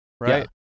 right